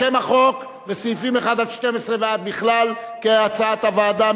שם החוק וסעיפים 1 12 ועד בכלל כהצעת הוועדה,